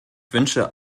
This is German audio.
wünsche